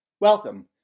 Welcome